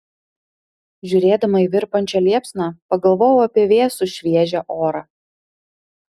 žiūrėdama į virpančią liepsną pagalvojau apie vėsų šviežią orą